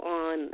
on